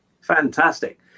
Fantastic